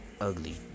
ugly